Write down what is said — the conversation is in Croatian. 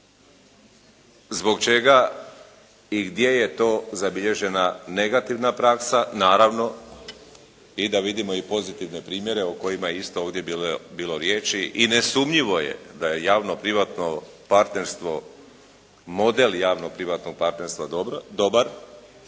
Zbog čega i gdje je to zabilježena negativna praksa, naravno i da vidimo i pozitivne primjere o kojima isto ovdje bilo riječi i nesumnjivo je da je javno-privatno partnerstvo model javno-privatnog partnerstva dobar,